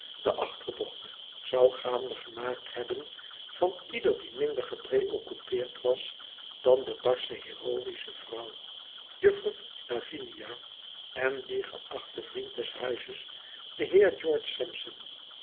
de achterdocht zou gaande gemaakt hebben van ieder die minder gepreoccupeerd was dan de barsche heroïsche vrouw juffer lavinia en die geachte vriend des huizes de heer george sampson